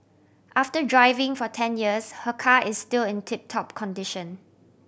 after driving for ten years her car is still in tip top condition